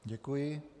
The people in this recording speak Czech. Děkuji.